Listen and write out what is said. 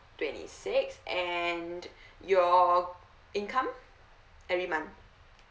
twenty six and your income every month